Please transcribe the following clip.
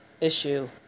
issue